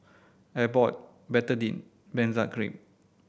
Abbott Betadine Benzac Cream